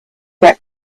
get